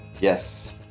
Yes